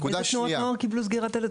איזה תנועות נוער קיבלו סגירת דלת?